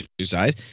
exercise